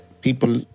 people